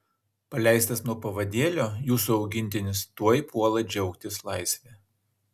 paleistas nuo pavadėlio jūsų augintinis tuoj puola džiaugtis laisve